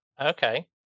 Okay